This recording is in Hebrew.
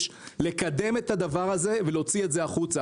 לקדם את הדבר הזה ולהוציא את זה החוצה.